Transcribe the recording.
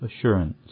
assurance